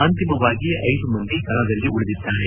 ಅಂತಿಮವಾಗಿ ಐದು ಮಂದಿ ಕಣದಲ್ಲಿ ಉಳಿದಿದ್ದಾರೆ